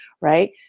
right